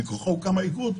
שמכוחו הוקם האיגוד,